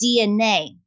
DNA